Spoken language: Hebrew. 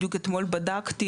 בדיוק אתמול בדקתי,